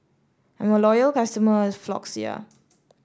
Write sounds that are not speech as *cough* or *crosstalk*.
I'm a loyal customer of Floxia *noise*